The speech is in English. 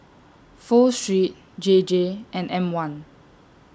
Pho Street J J and M one